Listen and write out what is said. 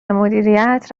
مدیریت